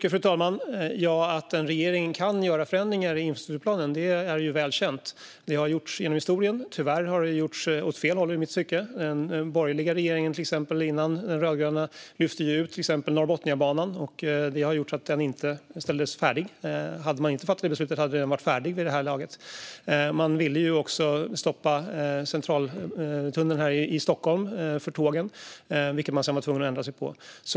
Fru talman! Att en regering kan göra förändringar i infrastrukturplanen är väl känt. Det har gjorts genom historien, och tyvärr har det i mitt tycke gjorts åt fel håll. Den borgerliga regeringen, innan den rödgröna regeringen, lyfte ut exempelvis Norrbotniabanan. Det innebär att den inte har färdigställts. Om det inte hade varit för det beslutet hade banan varit färdig vid det här laget. Man ville också stoppa Centraltunneln för tågen i Stockholm, men där fick man sedan ändra sig.